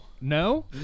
No